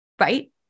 right